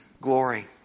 glory